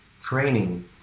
training